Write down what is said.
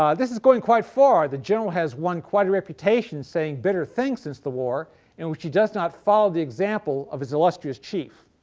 um this is going quite far. the general has won quite a reputation saying bitter things since the war in which he does not follow the example of his illustrious chief.